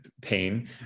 pain